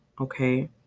Okay